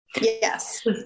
Yes